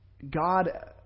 God